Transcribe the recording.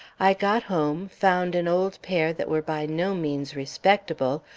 i got home, found an old pair that were by no means respectable,